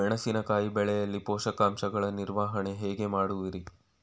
ಮೆಣಸಿನಕಾಯಿ ಬೆಳೆಯಲ್ಲಿ ಪೋಷಕಾಂಶಗಳ ನಿರ್ವಹಣೆ ಹೇಗೆ ಮಾಡುವಿರಿ?